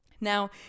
Now